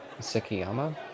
Sekiyama